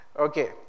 Okay